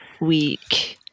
week